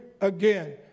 again